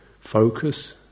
focus